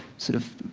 sort of,